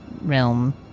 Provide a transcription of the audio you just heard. realm